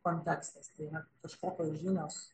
kontekstas tai yra kažkokios žinios